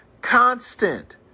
Constant